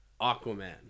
Aquaman